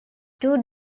two